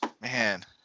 Man